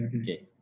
Okay